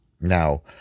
Now